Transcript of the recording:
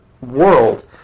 world